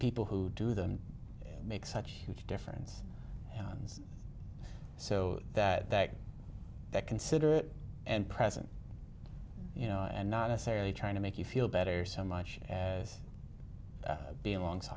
people who do them make such huge difference and so that that that considerate and present you know and not necessarily trying to make you feel better so much as be along